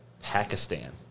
Pakistan